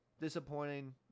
disappointing